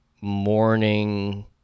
morning